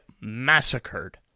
massacred